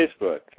Facebook